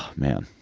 man.